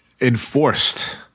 enforced